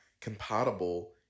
compatible